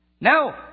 No